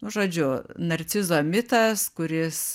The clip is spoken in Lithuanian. nu žodžiu narcizo mitas kuris